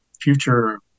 future